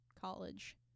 college